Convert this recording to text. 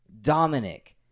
Dominic